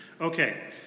Okay